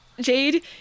Jade